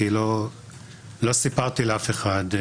כי לא סיפרתי לאף אחד.